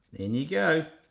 in you go.